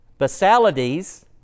Basalides